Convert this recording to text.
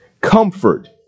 Comfort